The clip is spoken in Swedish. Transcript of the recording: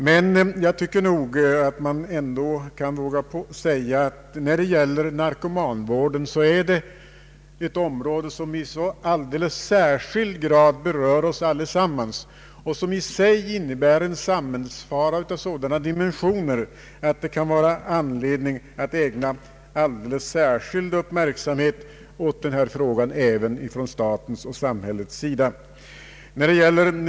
Men jag vågar ändå säga att det kan vara anledning även för staten och samhället att ägna särskild uppmärksamhet åt narkomanvården, som i så hög grad berör oss alla, eftersom missbruket av narkotika innebär en samhällsfara av stora dimensioner.